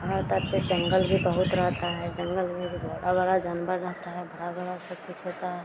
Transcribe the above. हर तट पर जंगल भी बहुत रहता है जंगल में भी बड़ा बड़ा जानवर रहता है बड़ा बड़ा सब कुछ होता है